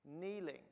kneeling